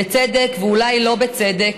בצדק ואולי לא בצדק,